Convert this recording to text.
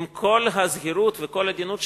עם כל הזהירות וכל העדינות שבנושא,